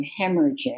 hemorrhaging